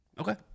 Okay